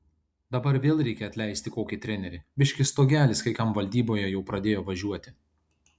dabar vėl reikia atleisti kokį trenerį biški stogelis kai kam valdyboje jau pradėjo važiuoti